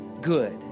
good